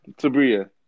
Sabria